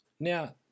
Now